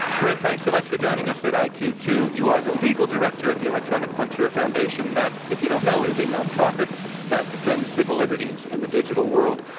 corynne, thanks so much for joining us at i q two. you are the legal director at the electronic frontier foundation. that, if you don't know, is a nonprofit that defends civil liberties in the digital world.